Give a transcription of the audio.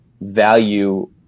value